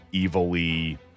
Evilly